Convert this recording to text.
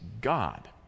God